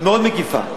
מאוד מקיפה,